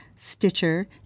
Stitcher